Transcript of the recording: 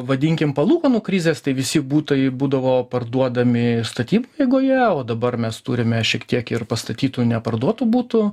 vadinkim palūkanų krizės tai visi butai būdavo parduodami statybų eigoje o dabar mes turime šiek tiek ir pastatytų neparduotų butų